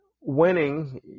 winning